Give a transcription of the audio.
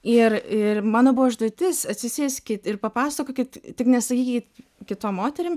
ir ir mano buvo užduotis atsisėskit ir papasakokit tik nesakykit kitom moterim